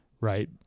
Right